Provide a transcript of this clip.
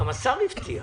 גם השר הבטיח.